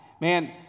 man